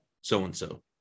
so-and-so